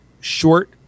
short